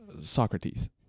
Socrates